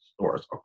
stores